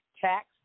tax